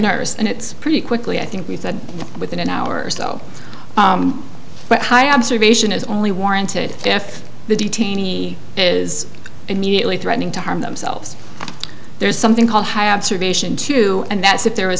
nurse and it's pretty quickly i think he said within an hour or so but high observation is only warranted if the detainee is immediately threatening to harm themselves there's something called a high observation too and that's if there